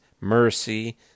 mercy